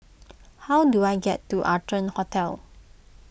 how do I get to Arton Hotel